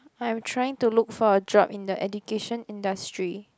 I'm trying to look for a job in the education industry